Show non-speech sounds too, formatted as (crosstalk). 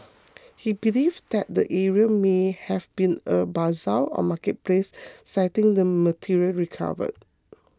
(noise) he believed that the area may have been a bazaar or marketplace citing the material recovered